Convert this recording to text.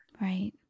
Right